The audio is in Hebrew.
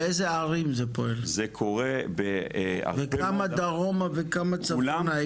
באיזה ערים זה קורה וכמה דרומה וכמה צפונה.